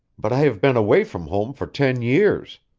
but i have been away from home for ten years.